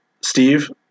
Steve